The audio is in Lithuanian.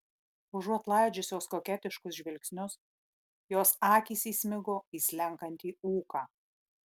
užuot laidžiusios koketiškus žvilgsnius jos akys įsmigo į slenkantį ūką